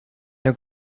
now